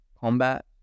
combat